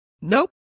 Nope